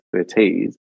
expertise